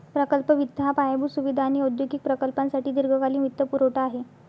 प्रकल्प वित्त हा पायाभूत सुविधा आणि औद्योगिक प्रकल्पांसाठी दीर्घकालीन वित्तपुरवठा आहे